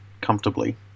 comfortably